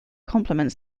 complements